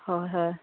হয় হয়